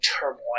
turmoil